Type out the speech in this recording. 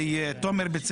ותומר,